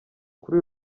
kuri